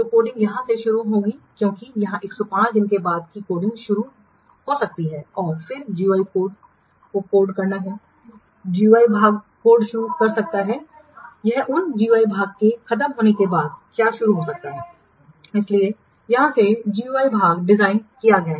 तो कोडिंग यहां से शुरू होगी क्योंकि इस 105 दिनों के बाद ही कोडिंग शुरू हो सकती है और फिर GUI कोड को कोड करना है GUI भाग कोड शुरू कर सकता है यह इन GUI भाग के खत्म होने के बाद क्या शुरू हो सकता है इसलिए यहाँ से GUI भाग डिज़ाइन किया गया है